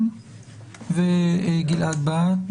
גלעד בהט.